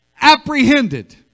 apprehended